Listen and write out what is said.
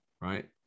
right